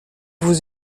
vous